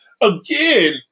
again